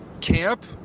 camp